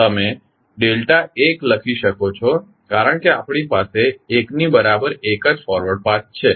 તમે ડેલ્ટા 1 લખી શકો છો કારણ કે આપણી પાસે 1 ની બરાબર એક જ ફોરવર્ડ પાથ છે